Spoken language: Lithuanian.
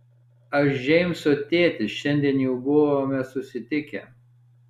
aš džeimso tėtis šiandien jau buvome susitikę